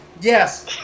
Yes